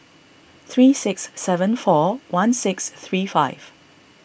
three six seven four one six three five